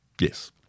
Yes